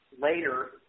later